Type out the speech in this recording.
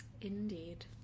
Indeed